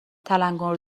تلنگور